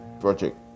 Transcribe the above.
project